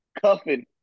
cuffing